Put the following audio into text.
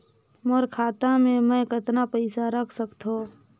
मोर खाता मे मै कतना पइसा रख सख्तो?